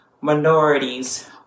minorities